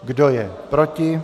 Kdo je proti?